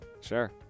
Sure